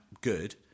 good